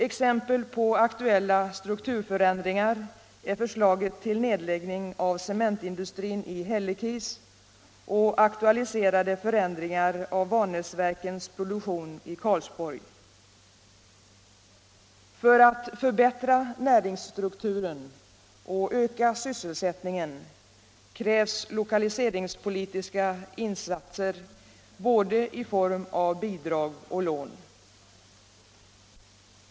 Exempel på aktuella strukturförändringar är förslaget till nedläggning av cementindustrin i Hällekis och aktualiserade förändringar av Vanäsverkens produktion i Karlsborg. För att förbättra näringsstrukturen och öka sysselsättningen krävs lokaliseringspolitiska stödinsatser i form av både bidrag och lån.